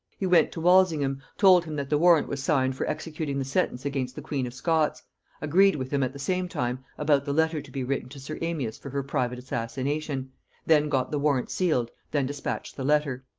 he went to walsingham, told him that the warrant was signed for executing the sentence against the queen of scots agreed with him at the same time about the letter to be written to sir amias for her private assassination then got the warrant sealed, then dispatched the letter.